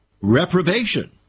reprobation